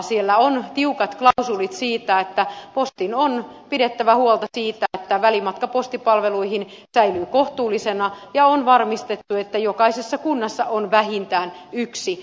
siellä on tiukat klausuulit siitä että postin on pidettävä huolta siitä että välimatka postipalveluihin säilyy kohtuullisena ja on varmistettu että jokaisessa kunnassa on vähintään yksi postikonttori